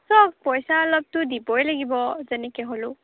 চাওক পইচা অলপতো দিবই লাগিব যেনেকৈ হ'লেও